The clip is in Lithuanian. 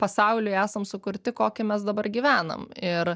pasauliui esam sukurti kokį mes dabar gyvenam ir